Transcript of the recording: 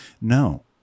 No